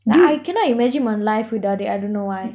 like I cannot imagine my life without it I dunno why